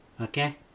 okay